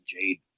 Jade